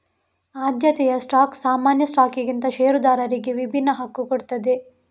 ಆದ್ಯತೆಯ ಸ್ಟಾಕ್ ಸಾಮಾನ್ಯ ಸ್ಟಾಕ್ಗಿಂತ ಷೇರುದಾರರಿಗೆ ವಿಭಿನ್ನ ಹಕ್ಕು ಕೊಡ್ತದೆ